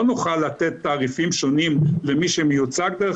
לא נוכל לתת תעריפים שונים בין מי שמיוצג דרך